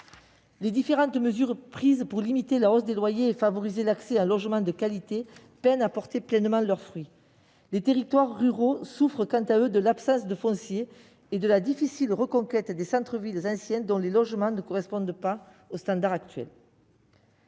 Les différentes mesures prises pour limiter la hausse des loyers et favoriser l'accès à un logement de qualité peinent à porter pleinement leurs fruits. Les territoires ruraux souffrent quant à eux de l'absence de foncier et de la difficile reconquête des centres-villes anciens, dont les logements ne correspondent pas aux standards actuels.